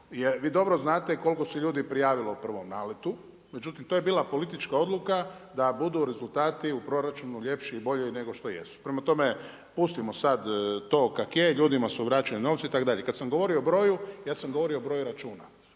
vi dobro znate koliko se ljudi prijavilo u prvom naletu, međutim to je bila politička odluka da budu rezultati u proračunu ljepši i bolji nego što jesu. Prema tome, pustimo sad to kak je, ljudima su vraćeni novci itd. Kad sam govorio o broju, ja sam govorio o broju računa